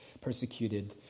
persecuted